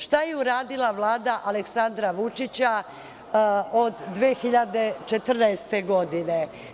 Šta je uradila Vlada Aleksandra Vučića od 2014. godine?